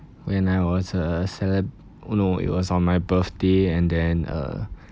when I was uh cele~ no it was on my birthday and then uh